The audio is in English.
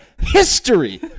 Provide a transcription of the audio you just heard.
history